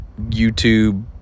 YouTube